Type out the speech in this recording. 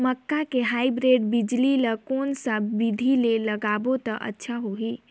मक्का के हाईब्रिड बिजली ल कोन सा बिधी ले लगाबो त अच्छा होहि?